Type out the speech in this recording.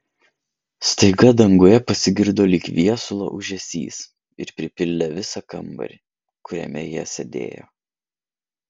staiga danguje pasigirdo lyg viesulo ūžesys ir pripildė visą kambarį kuriame jie sėdėjo